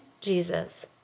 Jesus